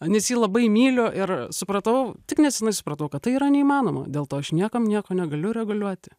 nes jį labai myliu ir supratau tik nesenai supratau kad tai yra neįmanoma dėl to aš niekam nieko negaliu reguliuoti